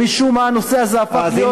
ומשום מה הנושא הזה הפך להיות נושא פוליטי קטן.